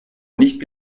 nicht